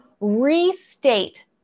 restate